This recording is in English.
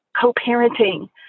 co-parenting